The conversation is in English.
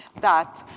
that